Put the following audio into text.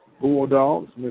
Bulldogs